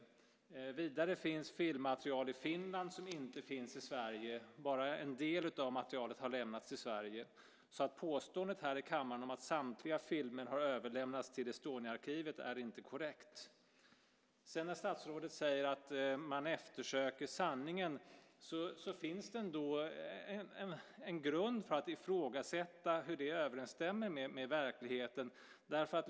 Vidare finns det filmmaterial i Finland som inte finns i Sverige. Bara en del av materialet har lämnats till Sverige. Påståendet här i kammaren att samtliga filmer har överlämnats till Estoniaarkivet är alltså inte korrekt. När statsrådet säger att man eftersöker sanningen finns det ändå en grund för att ifrågasätta hur det överensstämmer med verkligheten.